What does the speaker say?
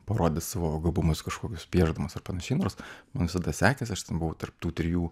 parodyt savo gabumus kažkokius piešdamas ar panašiai nors man visada sekėsi aš ten buvau tarp tų trijų